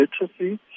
literacy